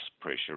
pressure